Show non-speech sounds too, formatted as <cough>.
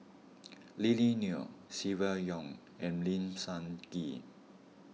<noise> Lily Neo Silvia Yong and Lim Sun Gee